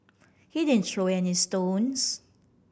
he didn't throw any stones